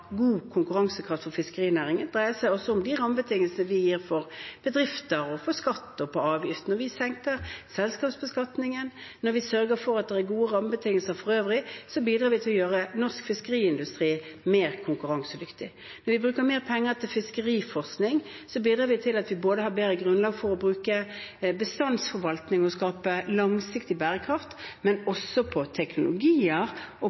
god konkurransekraft for fiskerinæringen dreier seg også om de rammebetingelsene vi gir bedrifter, bl.a. på skatt og avgift. Når vi senker selskapsbeskatningen, når vi sørger for at det er gode rammebetingelser for øvrig, bidrar vi til å gjøre norsk fiskeriindustri mer konkurransedyktig. Når vi bruker mer penger til fiskeriforskning, bidrar vi til at vi har bedre grunnlag for å bruke bestandsforvaltning og skape langsiktig bærekraft, men også til teknologier og